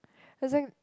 I think